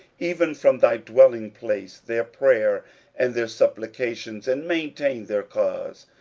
even from thy dwelling place, their prayer and their supplications, and maintain their cause,